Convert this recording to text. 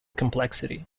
complexity